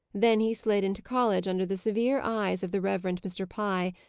then he slid into college under the severe eyes of the reverend mr. pye,